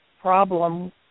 problem